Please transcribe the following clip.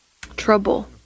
trouble